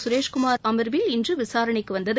சுரேஷ்குமார் அம்வில் இன்று விசாரணைக்கு வந்தது